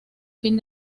fin